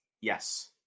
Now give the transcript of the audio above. Yes